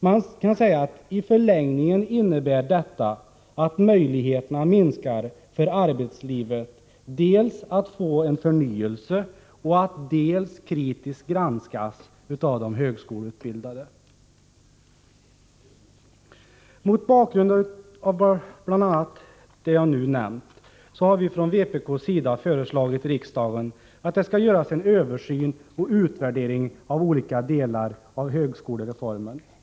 Man kan säga att i förlängningen innebär detta att möjligheterna minskar för arbetslivet dels att få en förnyelse, dels att kritiskt granskas av de högskoleutbildade. Mot bakgrund av bl.a. vad jag nu har nämnt har vi från vpk föreslagit riksdagen att det skall göras en översyn och utvärderingar av olika delar av högskolereformen.